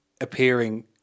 appearing